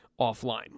offline